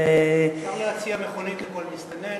אפשר להציע מכונית לכל מסתנן,